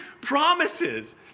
promises